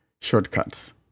shortcuts